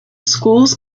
schools